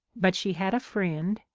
but she had a friend.